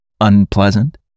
Unpleasant